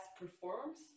performs